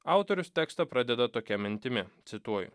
autorius tekstą pradeda tokia mintimi cituoju